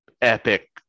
epic